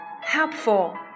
helpful